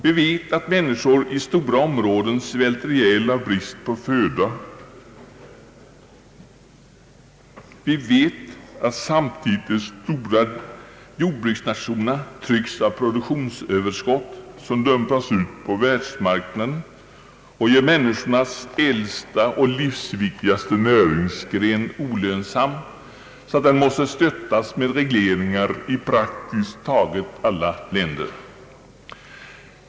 Vi vet att människor i stora områden svälter ihjäl av brist på föda. Samtidigt vet vi att de stora jordbruksnationerna tynges av produktionsöverskott, som dumpas ut på världsmarknaden och gör människornas äldsta och livsviktigaste näringsgren olönsam, så att den måste stöttas med regleringar i praktiskt taget alla länder.